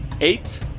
eight